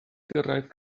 gyrraedd